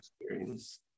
experience